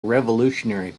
revolutionary